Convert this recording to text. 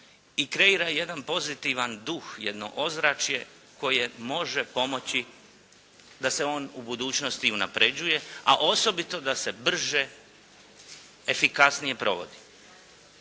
i kreira jedan pozitivan duh, jedno ozračje koje može pomoći da se on u budućnosti unapređuje a osobito da se brže, efikasnije provodi.